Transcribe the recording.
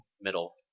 middle